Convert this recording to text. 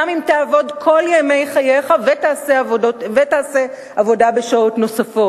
גם אם תעבוד כל ימי חייך ותעבוד שעות נוספות.